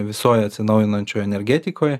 visoj atsinaujinančioj energetikoj